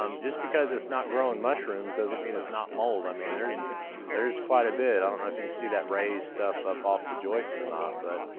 um just because it's not growing mushrooms doesn't mean it's not mold. i mean, there's there's quite a bit. i don't know if you can see that raised stuff up off the joist or not, but